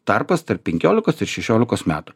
tarpas tarp penkiolikos ir šešiolikos metų